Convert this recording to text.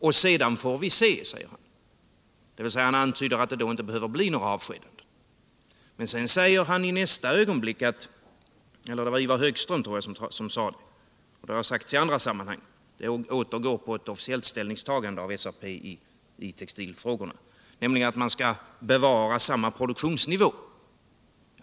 Sedan får vi se, säger han. Därmed antyder han att det inte behöver bli några avskedanden. I nästa ögonblick säger Ivar Högström — det har sagts i andra sammanhang och baseras på ett officiellt ställningstagande av SAP i textilfrågorna - att man skall bevara samma produktionsnivå.